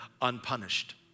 unpunished